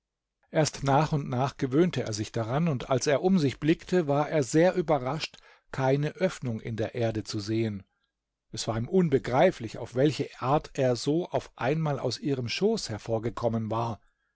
erst nach und nach gewöhnte er sich daran und als er um sich blickte war er sehr überrascht keine öffnung in der erde zu sehen es war ihm unbegreiflich auf welche art er so auf einmal aus ihrem schoß hervorgekommen war